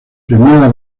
premiada